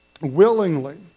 willingly